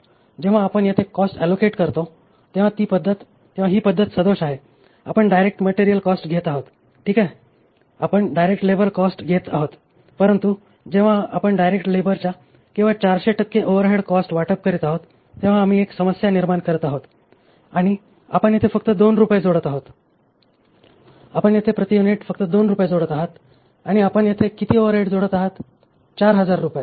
जेव्हा आपण येथे कॉस्ट अलोकेट करतो तेव्हा ही पद्धत सदोष आहे आपण डायरेक्ट मटेरियल कॉस्ट घेत आहोत ठीक आहे आपण डायरेक्ट लेबर कॉस्ट घेत आहोत परंतु जेव्हा आपण डायरेक्ट लेबरच्या केवळ 400 टक्के ओव्हरहेड कॉस्ट वाटप करीत आहोत तेव्हा आम्ही एक समस्या निर्माण करीत आहोत आणि आपण येथे फक्त 2 रुपये जोडत आहोत आपण येथे प्रति युनिट फक्त 2 रुपये जोडत आहात आणि आपण येथे किती ओव्हरहेड जोडत आहात 4000 रुपये